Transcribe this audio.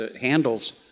handles